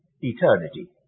eternity